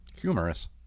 Humorous